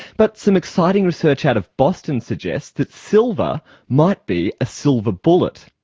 but some exciting research out of boston suggests that silver might be a silver bullet.